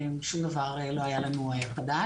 שום דבר לא היה לנו חדש.